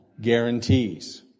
guarantees